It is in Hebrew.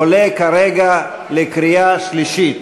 עולה כרגע לקריאה שלישית.